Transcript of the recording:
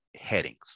headings